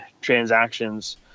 transactions